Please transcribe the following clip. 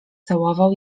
całował